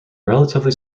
relatively